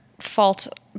fault